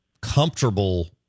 comfortable